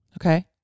Okay